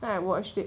then I watched it